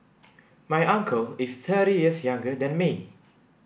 my uncle is thirty years younger than me